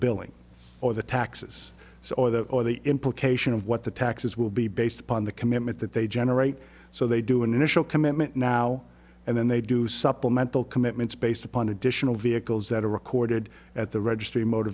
billing or the taxes so either that or the implication of what the taxes will be based upon the commitment that they generate so they do an initial commitment now and then they do supplemental commitments based upon additional vehicles that are recorded at the registry motor